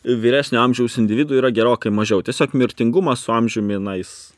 vyresnio amžiaus individų yra gerokai mažiau tiesiog mirtingumas su amžiumi na jis